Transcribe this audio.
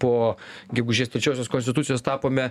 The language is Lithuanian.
po gegužės trečiosios konstitucijos tapome